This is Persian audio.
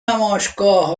نمایشگاه